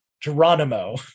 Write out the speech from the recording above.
Geronimo